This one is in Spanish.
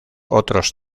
otros